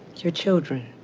your children,